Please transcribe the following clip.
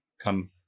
come